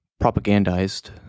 propagandized